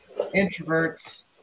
Introverts